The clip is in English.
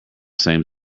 same